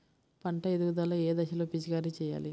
పంట ఎదుగుదల ఏ దశలో పిచికారీ చేయాలి?